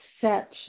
set